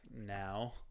now